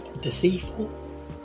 deceitful